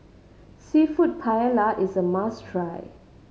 Seafood Paella is a must try